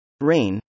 Rain